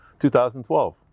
2012